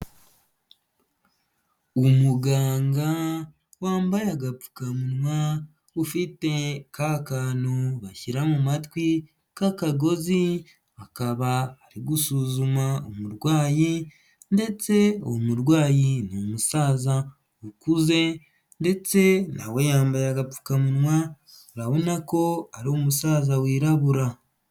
Umuganga wambaye agapfukamunwa, ufite kakantu bashyira mu matwi k'akagozi, akaba ari gusuzuma umurwayi ndetse uwo murwayi ni umusaza ukuze ndetse na we yambaye agapfukamunwa, urabona ko ari umusaza wirabura.